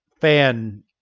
fan